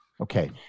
Okay